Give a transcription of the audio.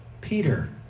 Peter